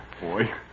Boy